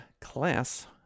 Class